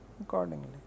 accordingly